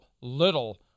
little